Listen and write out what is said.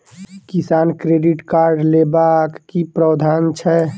किसान credit card लेबाक की प्रावधान छै?